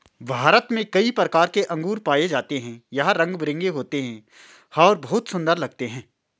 भारत में कई प्रकार के अंगूर पाए जाते हैं यह रंग बिरंगे होते हैं और बहुत सुंदर लगते हैं